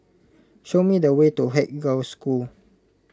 show me the way to Haig Girls' School